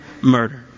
murder